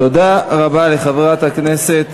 תודה רבה לחברת הכנסת,